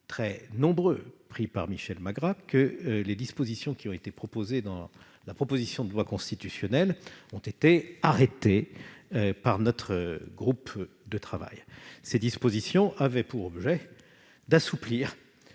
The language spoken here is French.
très nombreux contacts pris par Michel Magras que les dispositions inscrites dans cette proposition de loi constitutionnelle ont été arrêtées par notre groupe de travail. Ces dispositions avaient pour objet d'assouplir